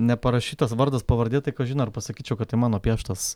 neparašytas vardas pavardė tai kažin ar pasakyčiau kad tai mano pieštas